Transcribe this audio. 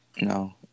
No